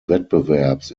wettbewerbs